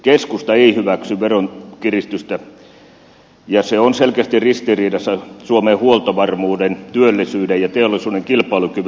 keskusta ei hyväksy veron kiristystä ja se on selkeästi ristiriidassa suomen huoltovarmuuden työllisyyden ja teollisuuden kilpailukyvyn kanssa